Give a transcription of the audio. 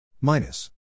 minus